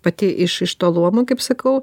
pati iš iš to luomo kaip sakau